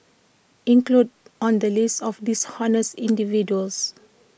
included on the list of dishonest individuals